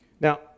Now